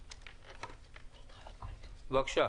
בבקשה.